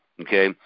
okay